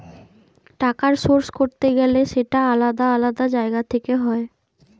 টাকার সোর্স করতে গেলে সেটা আলাদা আলাদা জায়গা থেকে হয়